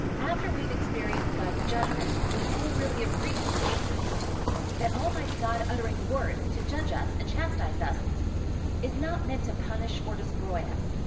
after we've experienced god's judgment, we all really appreciate that almighty god uttering words to judge us and chastise us is not meant to punish or destroy us,